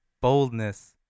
Boldness